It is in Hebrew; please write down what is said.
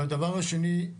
שתיים,